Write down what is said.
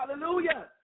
Hallelujah